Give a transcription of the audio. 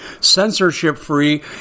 censorship-free